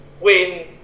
win